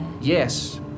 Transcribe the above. Yes